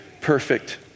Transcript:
Perfect